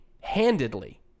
handedly